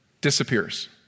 disappears